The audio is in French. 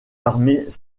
armées